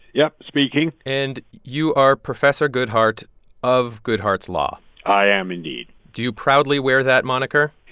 yep, speaking and you are professor goodhart of goodhart's law i am, indeed do you proudly wear that moniker?